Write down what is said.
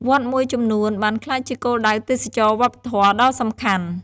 វត្តមួយចំនួនបានក្លាយជាគោលដៅទេសចរណ៍វប្បធម៌ដ៏សំខាន់។